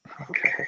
Okay